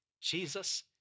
Jesus